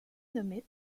nommée